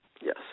Yes